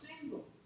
single